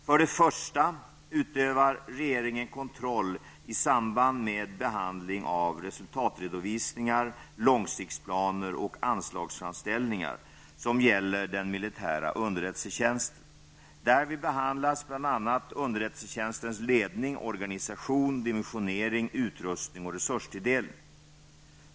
För det första utövar regeringen kontroll i samband med behandling av resultatredovisningar, långsiktsplaner och anslagsframställningar som gäller den militära underrättelsetjänsten. Därvid behandlas bl.a. underrättelsetjänstens ledning, organisation, dimensionering, utrustning och resurstilldelning.